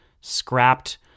scrapped